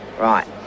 right